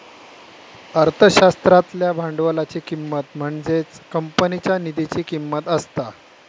अर्थशास्त्रातल्या भांडवलाची किंमत म्हणजेच कंपनीच्या निधीची किंमत असता